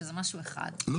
שזה משהו אחד,